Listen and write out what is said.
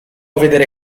vedere